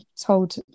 told